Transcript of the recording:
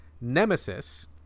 Nemesis